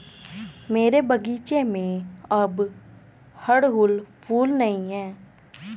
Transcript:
मेरे बगीचे में अब अड़हुल फूल नहीं हैं